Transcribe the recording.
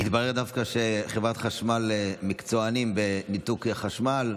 דווקא התברר שחברת החשמל מקצוענים בניתוק חשמל.